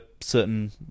certain